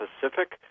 Pacific